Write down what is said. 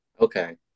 Okay